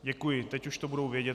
Děkuji, teď už to budou vědět.